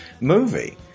movie